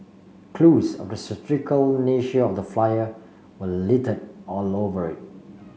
clues of the satirical nature of the flyer were littered all over it